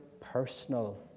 personal